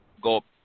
Go